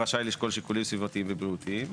רשאי לשקול שיקולים סביבתיים ובריאותיים,